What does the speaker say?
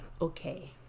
okay